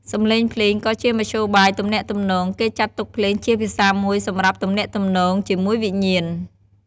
សម្លេងភ្លេងក៏ជាមធ្យោបាយទំនាក់ទំនង គេចាត់ទុកភ្លេងជាភាសាមួយសម្រាប់ទំនាក់ទំនងជាមួយវិញ្ញាណ។